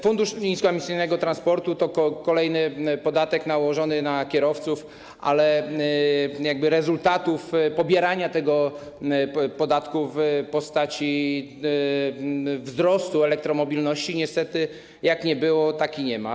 Fundusz Niskoemisyjnego Transportu to kolejny podatek nałożony na kierowców, ale jakby rezultatów pobierania tego podatku w postaci wzrostu elektromobilności niestety jak nie było, tak nie ma.